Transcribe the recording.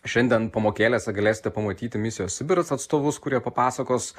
šiandien pamokėlėse galėsite pamatyti misijos sibiras atstovus kurie papasakos